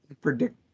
predict